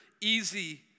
easy